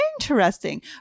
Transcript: interesting